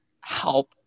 help